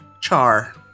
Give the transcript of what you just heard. Char